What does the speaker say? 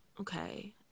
okay